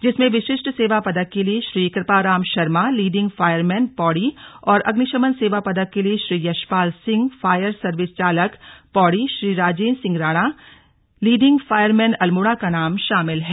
जिसमें विशिष्ट सेवा पदक के लिए श्री कृपाराम शर्मा लीडिंग फायरमैन पौड़ी और अग्निशमन सेवा पदक के लिए श्री यशपाल सिंह फायर सर्विस चालक पौड़ी श्री राजेन्द्र सिंह राणा लीडिंग फायरमैन अल्मोड़ा का नाम शामिल है